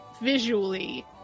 visually